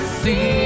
see